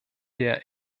der